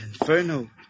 inferno